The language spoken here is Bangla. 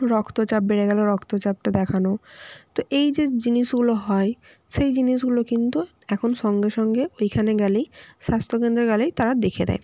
রক্তচাপ বেড়ে গেলে রক্তচাপটা দেখানো তো এই যে জিনিসগুলো হয় সেই জিনিসগুলো কিন্তু এখন সঙ্গে সঙ্গে ওইখানে গেলেই স্বাস্থ্যকেন্দ্রে গেলেই তারা দেখে নেয়